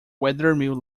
wethermill